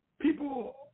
people